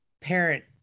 parent